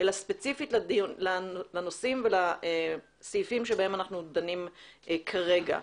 אלא ספציפית לנושאים ולסעיפים שאנחנו דנים כרגע.